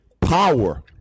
power